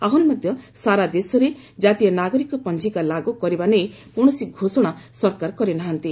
ଆହୁରି ମଧ୍ୟ ସାରା ଦେଶରେ ଜାତୀୟ ନାଗରିକ ପଞ୍ଜିକା ଲାଗୁ କରିବା ନେଇ କୌଣସି ଘୋଷଣା ସରକାର କରିନାହାନ୍ତି